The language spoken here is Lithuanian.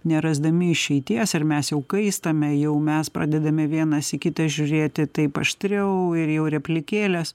nerasdami išeities ar mes jau kaistame jau mes pradedame vienas į kitą žiūrėti taip aštriau ir jau replikėlės